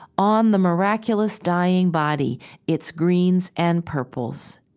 on the miraculous dying body its greens and purples